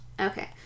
Okay